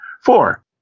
Four